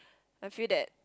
I feel that